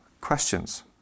questions